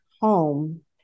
home